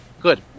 good